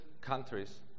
countries